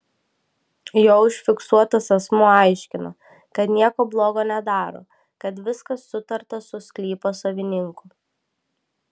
jo užfiksuotas asmuo aiškino kad nieko blogo nedaro kad viskas sutarta su sklypo savininku